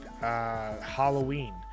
Halloween